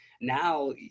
Now